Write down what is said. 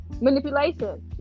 manipulation